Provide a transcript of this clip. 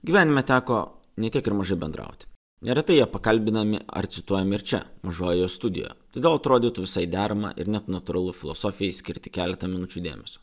gyvenime teko ne tik ir mažai bendrauti neretai jie pakalbinami ar cituojami čia mažojoje studijoje todėl atrodytų visai dermą ir net natūralu filosofijai skirti keletą minučių dėmesio